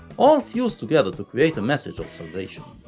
all fused together to create a message of salvation.